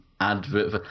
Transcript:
advert